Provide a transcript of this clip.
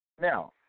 Now